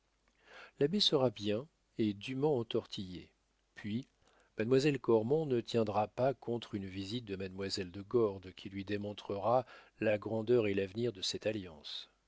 l'abbé sera bien et dûment entortillé puis mademoiselle cormon ne tiendra pas contre une visite de mademoiselle de gordes qui lui démontrera la grandeur et l'avenir de cette alliance